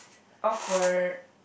awkward